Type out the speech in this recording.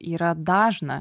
yra dažna